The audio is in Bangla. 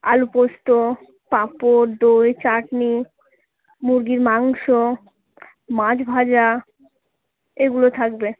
আলু পোস্ত পাঁপড় দই চাটনি মুরগির মাংস মাছ ভাজা এগুলো থাকবে